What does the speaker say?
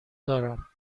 دارم